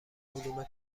علوم